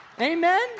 Amen